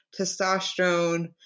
testosterone